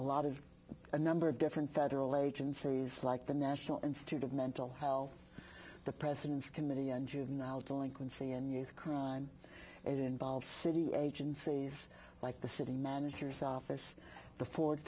a lot of a number of different federal agencies like the national institute of mental health the president's committee and juvenile delinquency and youth crime it involved city agencies like the city manager's office the ford